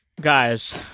guys